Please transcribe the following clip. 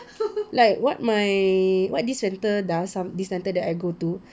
like what my what this centre does some this centre that I go to